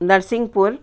Narsinghpur